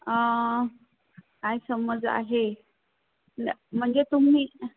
काय समज आहे न म्हणजे तुम्ही